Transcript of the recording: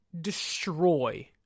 destroy